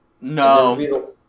No